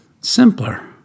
simpler